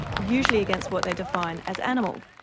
usually against what they define as animal.